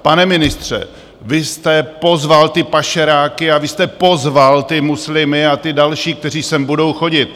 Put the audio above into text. Pane ministře, vy jste pozval pašeráky a vy jste pozval muslimy a ty další, kteří sem budou chodit!